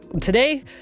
Today